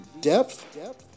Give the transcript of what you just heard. depth